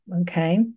okay